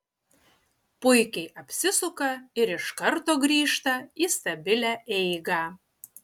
puikiai apsisuka ir iš karto grįžta į stabilią eigą